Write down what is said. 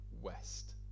west